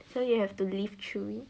so you have to live through it